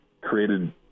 created